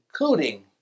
including